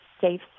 safe